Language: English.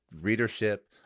readership